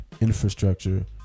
infrastructure